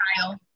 Kyle